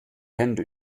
hände